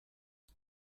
ich